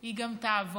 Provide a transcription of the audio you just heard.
היא גם תעבור.